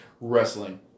Wrestling